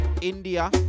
India